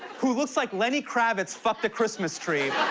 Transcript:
who looks like lenny kravitz fucked a christmas tree,